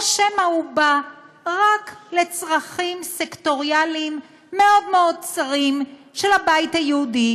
או שמא הוא רק לצרכים סקטוריאליים מאוד מאוד צרים של הבית היהודי,